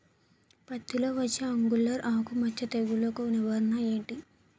పత్తి లో వచ్చే ఆంగులర్ ఆకు మచ్చ తెగులు కు నివారణ ఎంటి?